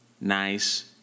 Nice